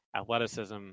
athleticism